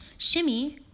Shimmy